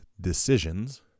decisions